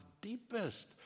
deepest